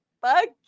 fuck